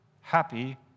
happy